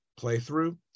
playthrough